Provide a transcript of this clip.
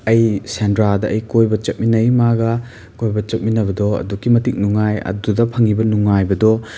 ꯑꯩ ꯁꯦꯟꯗ꯭ꯔꯥꯗ ꯑꯩ ꯀꯣꯏꯕ ꯆꯠꯃꯤꯟꯅꯩ ꯃꯥꯒꯥ ꯀꯣꯏꯕ ꯆꯠꯃꯤꯟꯅꯕꯗꯣ ꯑꯗꯨꯛꯀꯤ ꯃꯇꯤꯛ ꯅꯨꯡꯉꯥꯏ ꯑꯗꯨꯗ ꯐꯪꯉꯤꯕ ꯅꯨꯡꯉꯥꯏꯕꯗꯣ